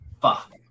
Fuck